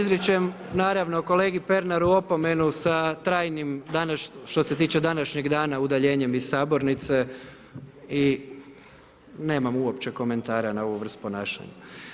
Izričem naravno kolegi Pernaru opomenu sa trajnim što se tiče današnjeg dana, udaljenjem iz Sabornice i nemam uopće komentara na ovu vrst ponašanja.